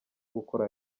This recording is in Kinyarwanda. gukora